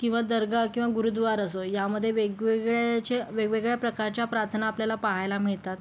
किंवा दर्गा किंवा गुरुद्वार असो यामध्ये वेगवेगळेचे वेगवेगळ्या प्रकारच्या प्रार्थना आपल्याला पाहायला मिळतात